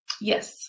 Yes